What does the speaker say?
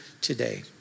today